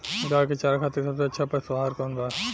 गाय के चारा खातिर सबसे अच्छा पशु आहार कौन बा?